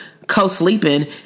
co-sleeping